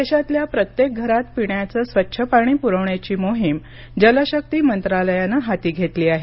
देशातल्या प्रत्येक घरात पिण्याचं स्वच्छ पाणी पुरवण्याची मोहीम जलशक्ती मंत्रालयानं हाती घेतली आहे